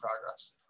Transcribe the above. progress